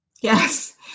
Yes